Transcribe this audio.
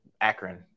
Akron